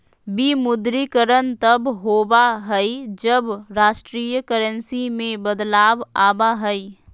विमुद्रीकरण तब होबा हइ, जब राष्ट्रीय करेंसी में बदलाव आबा हइ